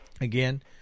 Again